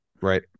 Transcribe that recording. right